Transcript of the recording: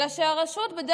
אלא שרשות החשמל,